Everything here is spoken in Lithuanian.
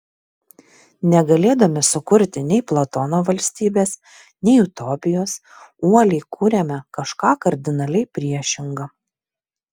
negalėdami sukurti nei platono valstybės nei utopijos uoliai kuriame kažką kardinaliai priešinga